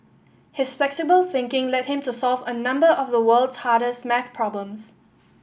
his flexible thinking led him to solve a number of the world's hardest maths problems